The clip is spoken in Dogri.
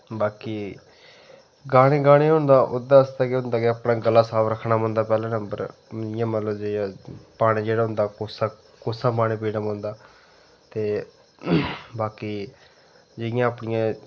बाकी गाने गाने होन तां ओह्दे आस्तै केह् होंदा के अपना गला साफ रक्खना पौंदा पैहले नंबर इ'यां मतलब जे पानी जेह्ड़ा होंदा कोसा कोसा पानी पीने पौंदा ते बाकी जि'यां अपनियां